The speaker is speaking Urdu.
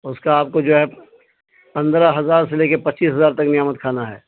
اس کا آپ کو جو ہے پندرہ ہزار سے لے کے پچیس ہزار تک نعمت کھانا ہے